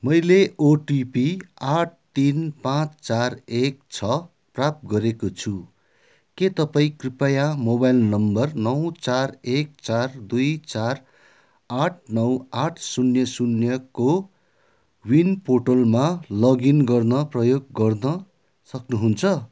मैले ओटिपी आठ तिन पाँच चार एक छ प्राप्त गरेको छु के तपाईँँ कृपया मोबाइल नम्बर नौ चार एक चार दुई चार आठ नौ आठ शून्य शून्य को विन पोर्टलमा लगइन गर्न प्रयोग गर्न सक्नुहुन्छ